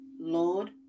Lord